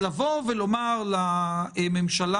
לומר לממשלה